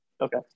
Okay